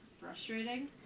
frustrating